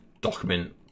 document